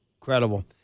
Incredible